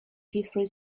three